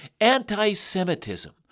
anti-Semitism